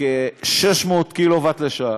כ-600 קילוואט לשעה.